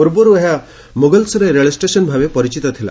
ପୂର୍ବରୁ ଏହା ମୁଗଲ୍ସରାଇ ରେଳ ଷ୍ଟେସନ୍ ଭାବେ ପରିଚିତ ଥିଲା